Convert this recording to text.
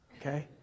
Okay